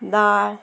दाळ